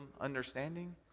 understanding